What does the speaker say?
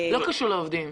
לא קשור לעובדים.